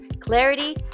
Clarity